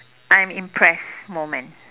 I'm impressed moment